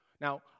Now